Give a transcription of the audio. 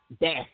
death